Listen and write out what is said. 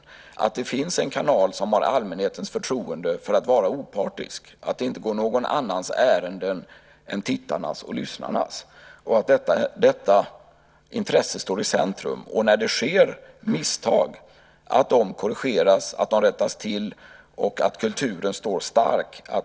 Det är viktigt att det finns en kanal som har allmänhetens förtroende för att vara opartisk, att den inte går någon annans ärenden än tittarnas och lyssnarnas och att detta intresse står i centrum. När det sker misstag ska de korrigeras och rättas till. Det är viktigt att kulturen står stark.